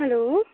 hello